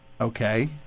Okay